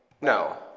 no